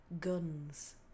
guns